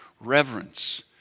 reverence